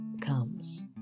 comes